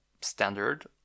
standard